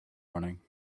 running